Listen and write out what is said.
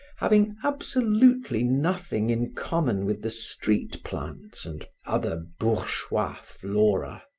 having absolutely nothing in common with the street plants and other bourgeois flora.